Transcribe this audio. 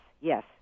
yes